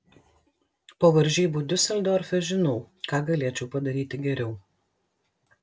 po varžybų diuseldorfe žinau ką galėčiau padaryti geriau